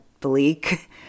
bleak